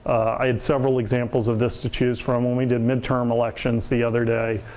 i had several examples of this to choose from. when we did midterm elections the other day,